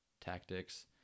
tactics